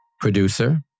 producer